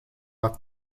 off